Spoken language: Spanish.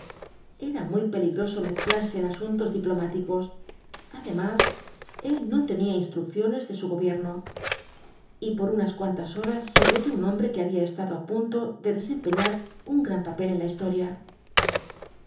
era muy peligroso mezclarse en asuntos diplomáticos además él no tenía instrucciones de su gobierno y por unas cuantas horas se creyó un hombre que había estado á punto de desempeñar un gran papel en la historia